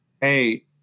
hey